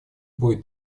будет